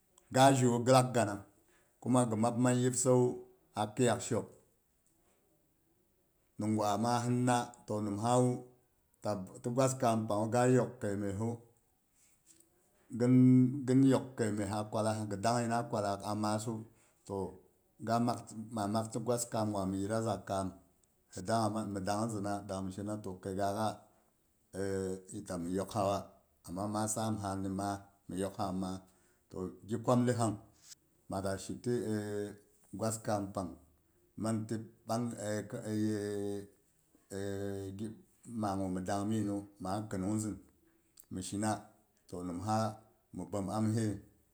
Ga jiwu ghi lak ganang kuma ghi map mang yip sau wu a khiyak shok, nungwa ma hinna. To ti gwaskamm panghu, ga yok kai messu, ghin yok kai messa kwallas ghi dangh ina a kwallak massu. To ga mak ti gwas kam gwa mhi yidda za kaam mhi dang zina dang mhi shina to kai gakha i ta mi yok sawa amma ma samha ni maas mhi yokha maa to ghi kwamli pang mada ci ti gwas kam pang mang ti bang ma gu mhi dang minu ma a khinung zin mi shina to nimsa mhi bom amsiyey.